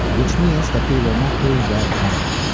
which means that they were not doing well at all.